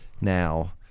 now